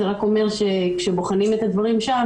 זה רק אומר שכשבוחנים את הדברים שם,